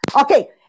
Okay